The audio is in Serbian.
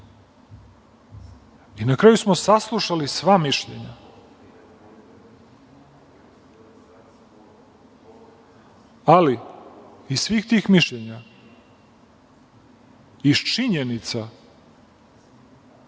Na kraju smo saslušali sva mišljenja, ali iz svih tih mišljenja, iz činjenica